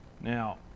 Now